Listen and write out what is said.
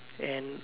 and